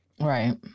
Right